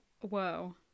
Whoa